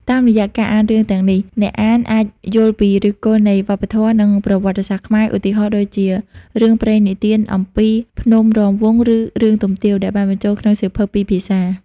តាមរយៈការអានរឿងទាំងនេះ អ្នកអានអាចយល់ពីឫសគល់នៃវប្បធម៌ និងប្រវត្តិសាស្ត្រខ្មែរ។ ឧទាហរណ៍ដូចជា រឿងព្រេងនិទានអំពី ភ្នំរាំវង់ ឬ រឿងទុំទាវ ដែលបានបញ្ចូលក្នុងសៀវភៅពីរភាសា។